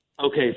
Okay